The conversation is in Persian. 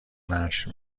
نشر